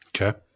Okay